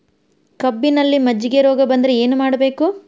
ಕಬ್ಬಿನಲ್ಲಿ ಮಜ್ಜಿಗೆ ರೋಗ ಬಂದರೆ ಏನು ಮಾಡಬೇಕು?